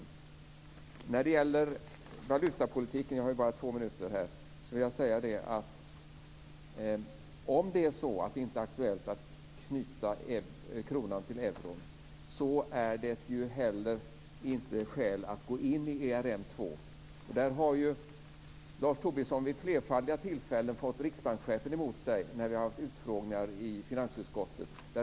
Om det när det gäller valutapolitiken inte är aktuellt att knyta kronan till euron finns det heller inte skäl att gå in i ERM 2. Där har ju Lars Tobisson vid flerfaldiga tillfällen fått riksbankschefen emot sig när vi har haft utfrågningar i finansutskottet.